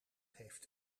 heeft